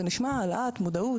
זה נשמע העלאת מודעות,